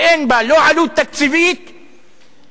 שאין בה לא עלות תקציבית ולא,